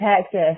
Texas